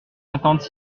cinquante